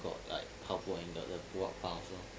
got like how pull and the the pull-up bar also